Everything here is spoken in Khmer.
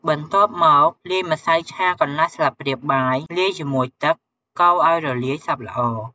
បន្ទាប់មកលាយម្សៅឆាកន្លះស្លាបព្រាបាយលាយជាមួយទឹកកូរអោយរលាយសព្វល្អ។